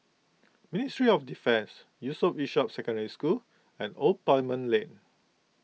Ministry of Defence Yusof Ishak Secondary School and Old Parliament Lane